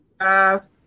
guys